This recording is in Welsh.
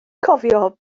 cofio